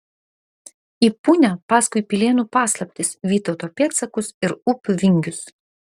į punią paskui pilėnų paslaptis vytauto pėdsakus ir upių vingius